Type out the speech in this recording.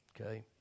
Okay